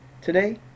today